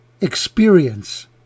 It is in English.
experience